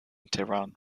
tehran